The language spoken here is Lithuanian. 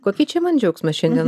kokį čia man džiaugsmą šiandien